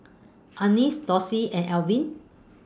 Anais Dossie and Arvin